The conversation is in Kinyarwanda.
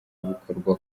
bikorwa